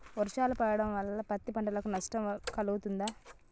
వర్షాలు పడటం వల్ల పత్తి పంటకు నష్టం వాటిల్లుతదా?